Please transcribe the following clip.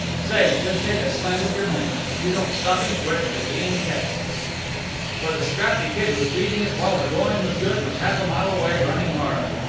say, just take a slant at your man. if you don't stop him quick he'll be in texas for the scrappy kid was beating it while the going was good and was half a mile away, running hard.